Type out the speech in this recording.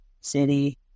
city